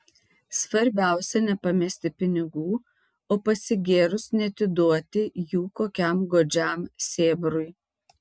svarbiausia nepamesti pinigų o pasigėrus neatiduoti jų kokiam godžiam sėbrui